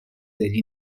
degli